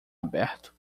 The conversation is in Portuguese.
aberto